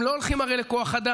הם לא הולכים הרי לכוח אדם,